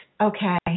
okay